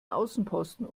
außenposten